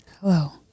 Hello